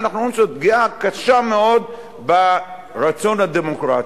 ואנחנו אומרים שזו פגיעה קשה מאוד ברצון הדמוקרטי.